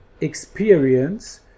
experience